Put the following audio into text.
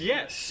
Yes